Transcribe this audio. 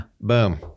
Boom